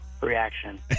Reaction